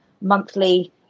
monthly